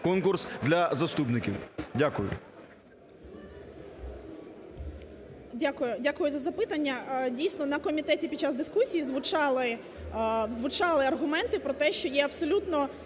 Дякую за запитання. Дійсно, на комітеті під час дискусії звучали аргументи про те, що є абсолютно